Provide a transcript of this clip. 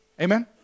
Amen